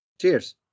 Cheers